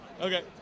Okay